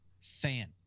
fan